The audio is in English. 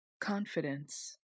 confidence